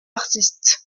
artistes